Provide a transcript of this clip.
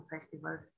festivals